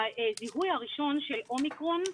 הזיהוי הראשון של אומיקרון,